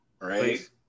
right